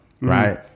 Right